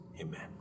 Amen